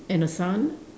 and her son